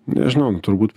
nežinau nu turbūt